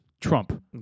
Trump